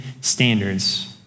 standards